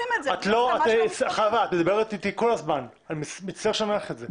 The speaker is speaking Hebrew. את מדברת אתי כל הזמן אני מצטער שאני אומר לך את זה